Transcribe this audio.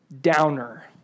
downer